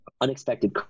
unexpected